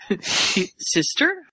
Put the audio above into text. Sister